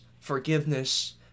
forgiveness